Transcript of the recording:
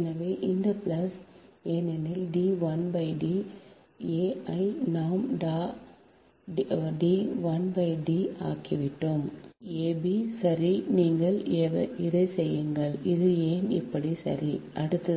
எனவே இந்த பிளஸ் ஏனெனில் இந்த 1 D a ஐ நாம் Da 1 D ஆக்கிவிட்டோம் D ஏபி சரி நீங்கள் இதைச் செய்யுங்கள் இது ஏன் இப்படி சரி அடுத்து